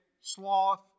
sloth